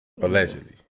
allegedly